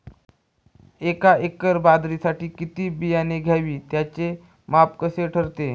एका एकर बाजरीसाठी किती बियाणे घ्यावे? त्याचे माप कसे ठरते?